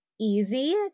easy